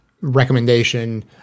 recommendation